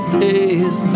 days